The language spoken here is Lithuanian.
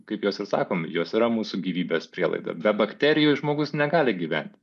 kaip jos ir sako jos yra mūsų gyvybės prielaida be bakterijų žmogus negali gyventi